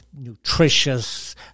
nutritious